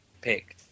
picked